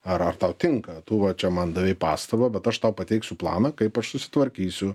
ar ar tau tinka tu va čia man davei pastabą bet aš tau pateiksiu planą kaip aš susitvarkysiu